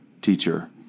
teacher